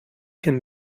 can